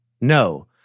No